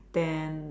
then